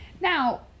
Now